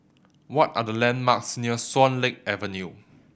what are the landmarks near Swan Lake Avenue